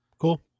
cool